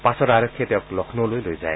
পাছত আৰক্ষীয়ে তেওঁক লক্ষ্ণৌলৈ লৈ যায়